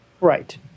Right